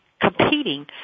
competing